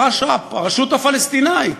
הרש"פ, הרשות הפלסטינית.